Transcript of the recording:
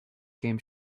game